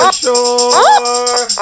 sure